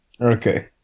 Okay